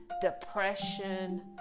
depression